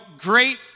great